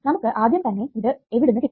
നമുക്ക് ആദ്യം തെന്നെ ഇത് എവിടുന്നു കിട്ടും